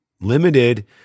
limited